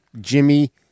Jimmy